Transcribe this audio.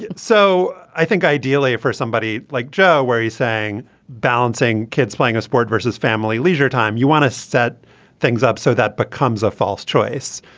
yeah so i think ideally for somebody like joe where he's saying balancing kids playing a sport versus family leisure time you want to set things up so that becomes a false choice.